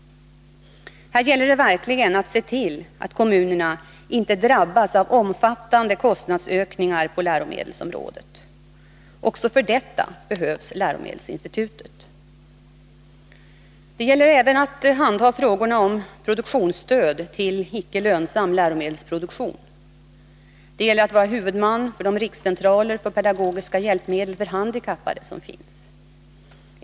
Här gäller det verkligen att se till att kommunerna inte drabbas av omfattande kostnadsökningar på läromedelsområdet. Också för detta behövs läromedelsinstitutet. Det gäller även att handha frågorna om produktionsstöd till icke lönsam läromedelsproduktion. Det gäller att vara huvudman för de rikscentraler för pedagogiska hjälpmedel för handikappade som finns.